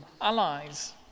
allies